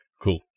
Cool